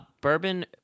bourbon